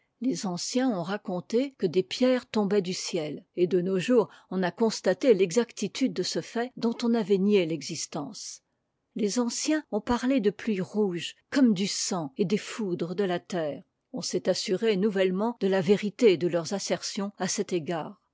les anciens ont raconté que des pierres tombaient du ciel et de nos jours on a constaté l'exactitude de ce fait dont on avait nié l'existence les anciens ont parlé de pluies rouges comme du sang et des foudres de la terre on s'est assuré nouvellement de la vérité de leurs assertions à cet égard